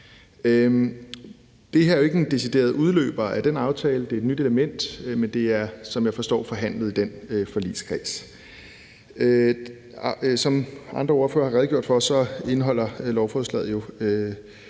er jo ikke en decideret udløber af den aftale, men det er et nyt element, og det er, som jeg forstår det, forhandlet i den forligskreds. Som andre ordførere også har redegjort for, indeholder lovforslaget jo